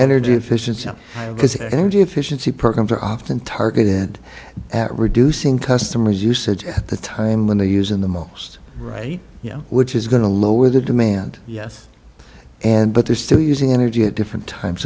energy efficiency because energy efficiency programs are often targeted at reducing customer usage at the time when they use in the most right you know which is going to lower the demand yes and but they're still using energy at different times